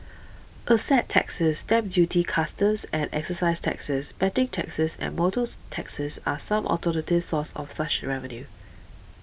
asset taxes stamp duties customs and excise taxes betting taxes and motors taxes are some alternative sources of such revenue